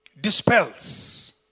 dispels